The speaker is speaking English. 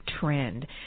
trend